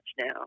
now